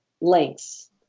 links